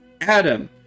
Adam